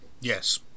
Yes